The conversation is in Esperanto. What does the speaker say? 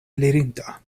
elirinta